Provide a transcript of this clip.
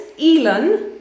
Elon